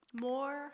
more